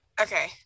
Okay